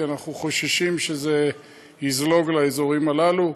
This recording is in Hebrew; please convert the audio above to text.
כי אנחנו חוששים שזה יזלוג לאזורים הללו.